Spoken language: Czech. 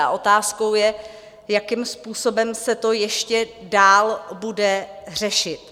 A otázkou je, jakým způsobem se to ještě dál bude řešit.